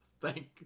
thank